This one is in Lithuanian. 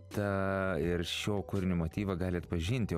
tą ir šio kūrinio motyvą gali atpažinti